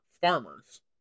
farmers